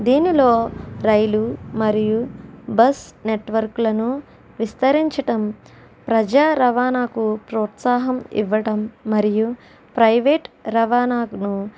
దీనిలో రైలు మరియు బస్ నెట్వర్కులను విస్తరించటం ప్రజా రవాణాకు ప్రోత్సాహం ఇవ్వడం మరియు ప్రైవేట్ రవాణాను